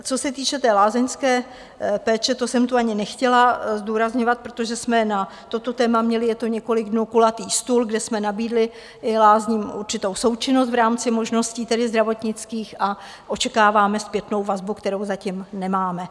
Co se týče té lázeňské péče, to jsem tu ani nechtěla zdůrazňovat, protože jsme na toto téma měli, je to několik dnů, kulatý stůl, kde jsme nabídli i lázní určitou součinnost v rámci možností tedy zdravotnických a očekáváme zpětnou vazbu, kterou zatím nemáme.